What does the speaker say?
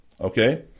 okay